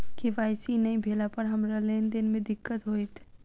KYC नै भेला पर हमरा लेन देन मे दिक्कत होइत?